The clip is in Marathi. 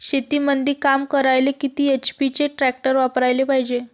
शेतीमंदी काम करायले किती एच.पी चे ट्रॅक्टर वापरायले पायजे?